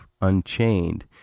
Unchained